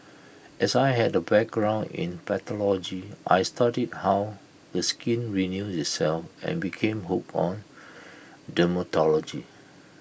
as I had A background in pathology I studied how the skin renews itself and became hooked on dermatology